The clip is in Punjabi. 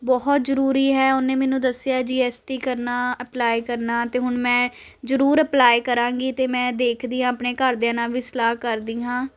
ਬਹੁਤ ਜ਼ਰੂਰੀ ਹੈ ਉਹਨੇ ਮੈਨੂੰ ਦੱਸਿਆ ਜੀਐਸਟੀ ਕਰਨਾ ਅਪਲਾਈ ਕਰਨਾ ਅਤੇ ਹੁਣ ਮੈਂ ਜ਼ਰੂਰ ਅਪਲਾਈ ਕਰਾਂਗੀ ਅਤੇ ਮੈਂ ਦੇਖਦੀ ਹਾਂ ਆਪਣੇ ਘਰਦਿਆਂ ਨਾਲ ਵੀ ਸਲਾਹ ਕਰਦੀ ਹਾਂ